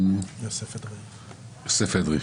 יוסף אדרעי, בבקשה.